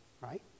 right